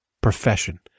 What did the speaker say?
profession